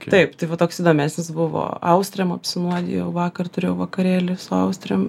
taip tai va toks įdomesnis buvo austrėm apsinuodijau vakar turėjau vakarėlį su austrėm